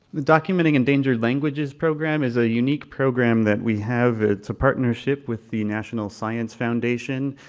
the documenting endangered languages program is a unique program that we have, it's a partnership with the national science foundation.